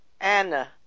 Anna